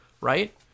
right